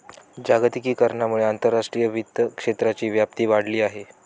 जागतिकीकरणामुळे आंतरराष्ट्रीय वित्त क्षेत्राची व्याप्ती वाढली आहे